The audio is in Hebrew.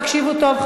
תקשיבו טוב,